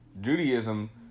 Judaism